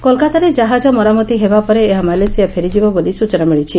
କୋଲକାତାରେ ଜାହାଜ ମରାମତି ହେବା ପରେ ଏହା ମାଲେସିଆ ଫେରିଯିବ ବୋଲି ସୂଚନା ମିଳିଛି